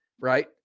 right